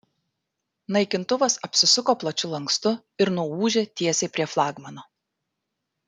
naikintuvas apsisuko plačiu lankstu ir nuūžė tiesiai prie flagmano